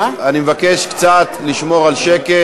אני מבקש קצת לשמור על שקט